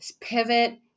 pivot